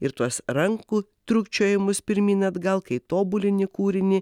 ir tuos rankų trūkčiojimus pirmyn atgal kai tobulini kūrinį